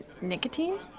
Nicotine